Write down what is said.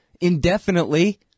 indefinitely